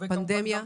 פנדמיה.